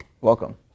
Welcome